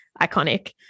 iconic